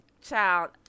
child